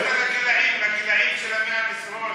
התייחסת לגילאים, נהנים, נהנים.